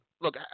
Look